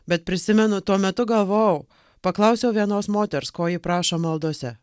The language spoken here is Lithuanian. bet prisimenu tuo metu galvojau paklausiau vienos moters ko ji prašo maldose